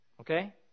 Okay